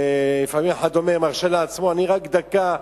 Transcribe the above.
לפעמים אחד מרשה לעצמו רק דקה,